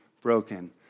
broken